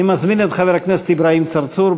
אני מזמין את חבר הכנסת אברהים צרצור.